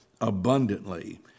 abundantly